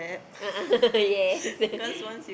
a'ah yes